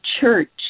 church